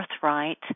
birthright